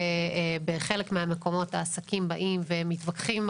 ובחלק מהמקומות העסקים באים ומתווכחים עם